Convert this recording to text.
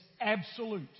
Absolute